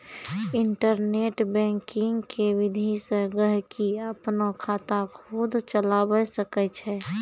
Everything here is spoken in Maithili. इन्टरनेट बैंकिंग के विधि से गहकि अपनो खाता खुद चलावै सकै छै